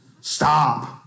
stop